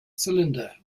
cylinder